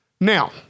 Now